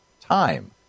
time